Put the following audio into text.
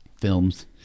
films